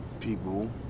people